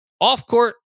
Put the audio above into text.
Off-court